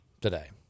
today